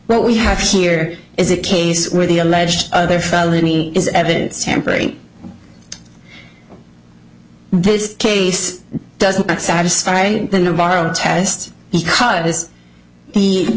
what we have here is a case where the alleged other felony is evidence tampering this case doesn't satisfy the navarro test because the